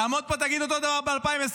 תעמוד פה, תגיד אותו דבר ב-2025.